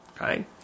Okay